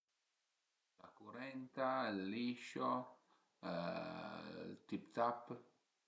La curenta, ël liscio ël tip tap